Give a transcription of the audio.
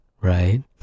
Right